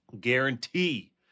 Guarantee